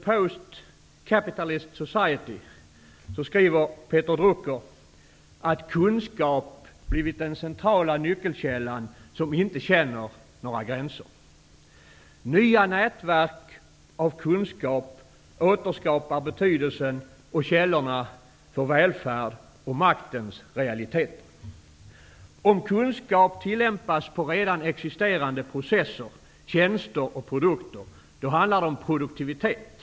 Peter Drucker att kunskap blivit den centrala nyckelkällan som inte känner några gränser. Nya nätverk av kunskap återskapar betydelsen och källorna för välfärd och maktens realiteter. Om kunskap tillämpas på redan existerande processer, tjänster och produkter handlar det om produktivitet.